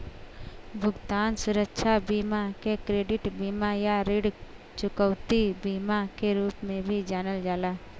भुगतान सुरक्षा बीमा के क्रेडिट बीमा या ऋण चुकौती बीमा के रूप में भी जानल जाला